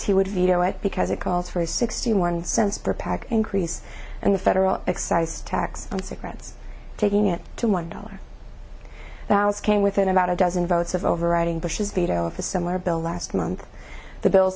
he would veto it because it calls for a sixty one cents per pack increase in the federal excise tax on cigarettes taking it to one dollar came within about a dozen votes of overriding bush's veto of a similar bill last month the bil